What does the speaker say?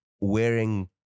wearing